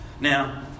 Now